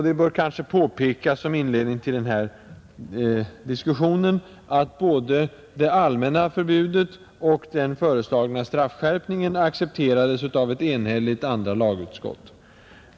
Det bör kanske som inledning till den här diskussionen påpekas att såväl det allmänna förbudet som den föreslagna straffskärpningen accepterades av ett enhälligt andra lagutskott.